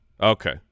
Okay